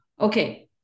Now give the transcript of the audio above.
Okay